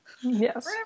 Yes